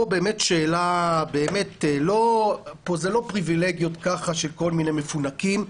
לא פריבילגיות של כל מיני מפונקים.